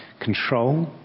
control